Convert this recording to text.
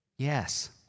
Yes